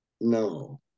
no